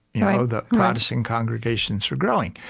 you know the protestant congregations are growing.